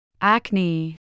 Acne